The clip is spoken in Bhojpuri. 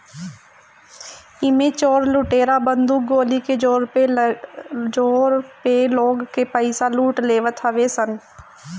एमे चोर लुटेरा बंदूक गोली के जोर पे लोग के पईसा लूट लेवत हवे सन